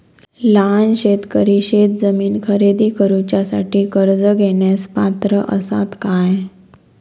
लहान शेतकरी शेतजमीन खरेदी करुच्यासाठी कर्ज घेण्यास पात्र असात काय?